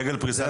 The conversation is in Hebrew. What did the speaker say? דגל פריסה,